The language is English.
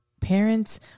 parents